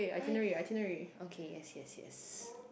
like okay yes yes yes